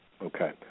Okay